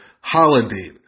Holiday